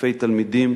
אלפי תלמידים